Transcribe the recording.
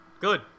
Good